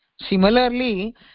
Similarly